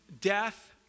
death